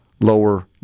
lower